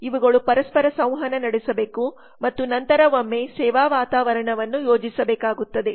ಇವುಗಳು ಪರಸ್ಪರ ಸಂವಹನ ನಡೆಸಬೇಕು ಮತ್ತು ನಂತರ ಒಮ್ಮೆ ಸೇವಾ ವಾತಾವರಣವನ್ನು ಯೋಜಿಸಬೇಕಾಗುತ್ತದೆ